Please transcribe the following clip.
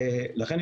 לכן,